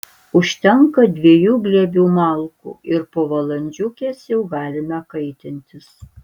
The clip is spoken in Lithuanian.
užtenka dviejų glėbių malkų ir po valandžiukės jau galime kaitintis